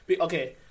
Okay